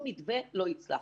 שום מתווה לא יצלח.